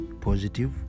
positive